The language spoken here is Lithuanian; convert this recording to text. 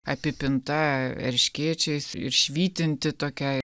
apipinta erškėčiais ir švytinti tokiai